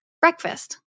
Breakfast